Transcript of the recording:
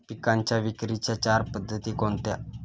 पिकांच्या विक्रीच्या चार पद्धती कोणत्या?